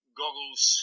goggles